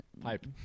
Pipe